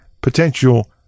potential